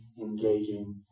engaging